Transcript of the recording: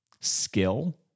skill